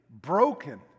broken